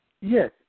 Yes